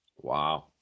Wow